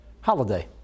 holiday